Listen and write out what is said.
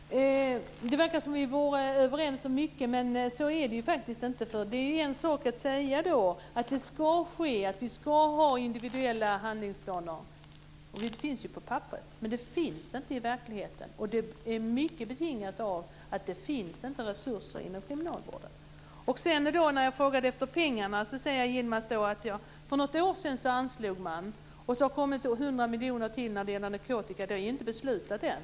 Fru talman! Det verkar som om vi vore överens om mycket, men så är det faktiskt inte. Det är en sak att säga att detta ska ske, att vi ska ha individuella handlingsplaner. Det finns ju på papperet. Men det finns inte i verkligheten, och det är mycket betingat av att det inte finns resurser inom kriminalvården. När jag sedan frågar efter pengarna säger Yilmaz att man anslog pengar för något år sedan, och sedan har det kommit 100 miljoner till när det gäller narkotika. Detta är ju inte beslutat än.